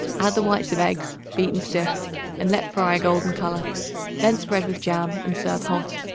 add the whites of eggs, beaten stiff and let fry a golden color then spread with jam and serve hot.